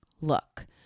look